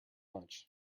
much